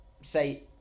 say